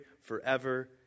forever